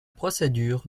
procédure